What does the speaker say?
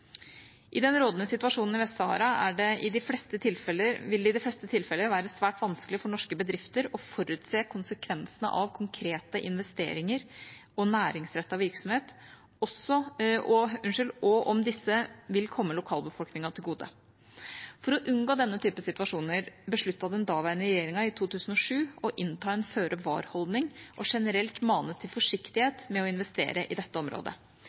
i strid med folkeretten. I den rådende situasjonen i Vest-Sahara vil det i de fleste tilfeller være svært vanskelig for norske bedrifter å forutse konsekvensene av konkrete investeringer og næringsrettet virksomhet og om disse vil komme lokalbefolkningen til gode. For å unngå denne type situasjoner besluttet den daværende regjeringa i 2007 å innta en føre-var-holdning og generelt mane til forsiktighet med å investere i dette området.